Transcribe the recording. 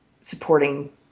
supporting